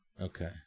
Okay